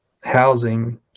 housing